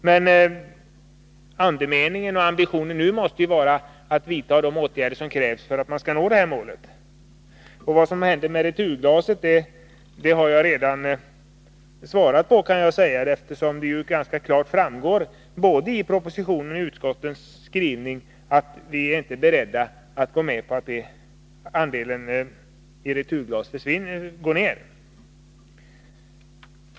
Men andemeningen och ambitionen måste ju nu vara att vidta de åtgärder som krävs för att man skall nå detta mål. Vad som händer med returglaset har jag redan svarat på, eftersom det ganska klart framgår både i propositionen och i utskottens skrivning att vi inte är beredda att gå med på att andelen returglas går ner.